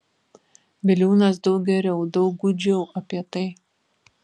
biliūnas daug geriau daug gūdžiau apie tai